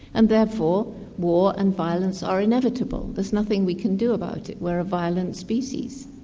and therefore war and violence are inevitable, there's nothing we can do about it, we're a violent species.